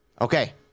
Okay